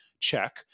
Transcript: check